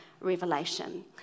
revelation